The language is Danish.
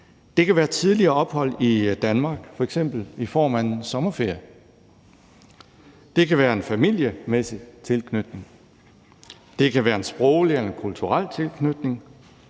Det kan være tidligere ophold i Danmark, f.eks. i form af en sommerferie. Det kan være en familiemæssig tilknytning. Det kan være en sproglig eller kulturel tilknytning.